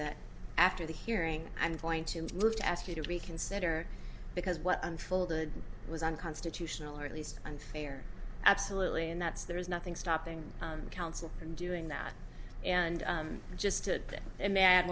that after the hearing i'm going to move to ask you to reconsider because what unfolded was unconstitutional or at least unfair absolutely and that's there is nothing stopping the council and doing that and just to